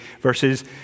verses